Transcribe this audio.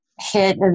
hit